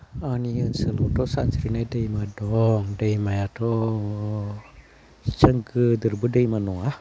आंनि ओनसोलावथ' सानस्रिनाय दैमा दं दैमायाथ' दङ जों गोदोरबो दैमा नङा